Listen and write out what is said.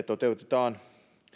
toteutetaan